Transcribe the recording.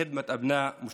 כדי לשרת את החברה הערבית.)